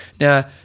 Now